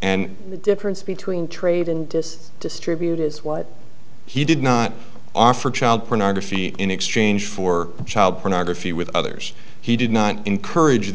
and the difference between trade and this distribute is what he did not offer child pornography in exchange for child pornography with others he did not encourage the